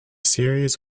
series